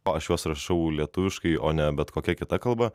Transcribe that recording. aš juos rašau lietuviškai o ne bet kokia kita kalba